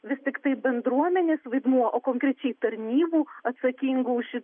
vis tiktai bendruomenės vaidmuo o konkrečiai tarnybų atsakingų už